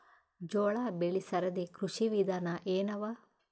ಜೋಳ ಬೆಳಿ ಸರದಿ ಕೃಷಿ ವಿಧಾನ ಎನವ?